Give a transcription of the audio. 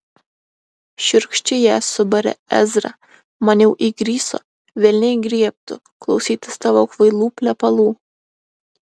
šiurkščiai ją subarė ezra man jau įgriso velniai griebtų klausytis tavo kvailų plepalų